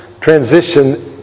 transition